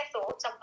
thoughts